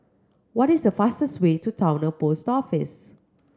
what is the fastest way to Towner Post Office